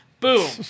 Boom